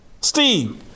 Steve